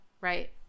right